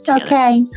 Okay